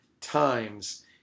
times